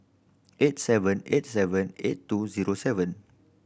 eight seven eight seven eight two zero seven